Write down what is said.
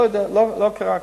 לא יודע, לא קרה כלום.